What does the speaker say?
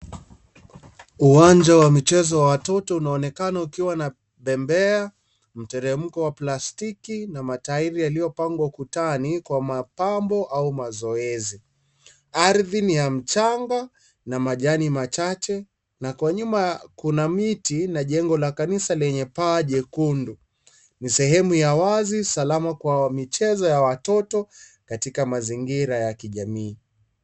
Uwanja wa michezo ya watoto unaonekana ukiwa na bembea, mteremko wa plastiki na matairi yaliyopangwa ukutani kwa mapambo au mazoezi. Ardhi ni ya mchanga na majani machache na Kwa nyuma kuna miti na jengo la kanisa lenye paa jekundu. Ni sehemu ya wazi salama kwa michezo ya watoto katika mazingira ya kijamii.